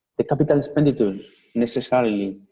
the capital expenditure necessary